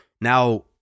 Now